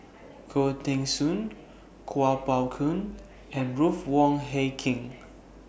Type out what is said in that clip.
Khoo Teng Soon Kuo Pao Kun and Ruth Wong Hie King